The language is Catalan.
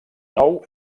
nou